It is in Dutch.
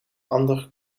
ander